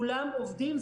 כולם עובדים,